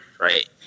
Right